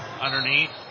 Underneath